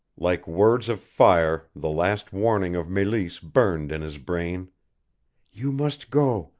like words of fire the last warning of meleese burned in his brain you must go,